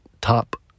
top